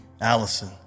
Allison